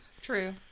True